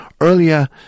earlier